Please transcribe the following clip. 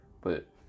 But-